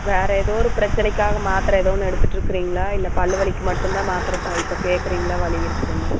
வேறு எதோவொரு பிரச்சனைக்காக மாத்திர ஏதோன்னு எடுத்துட்டு இருக்குறீங்களா இல்லை பல்வலிக்கு மட்டுந்தான் மாத்திர இப்போ கேக்குறீங்களா வலி இருக்குதுன்னு